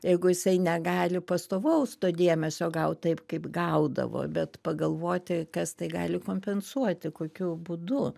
jeigu jisai negali pastovaus to dėmesio gaut taip kaip gaudavo bet pagalvoti kas tai gali kompensuoti kokiu būdu